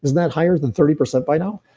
that higher than thirty percent by now?